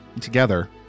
together